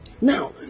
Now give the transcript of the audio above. Now